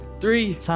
Three